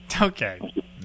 Okay